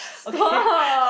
okay